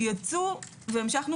יצאו והמשכנו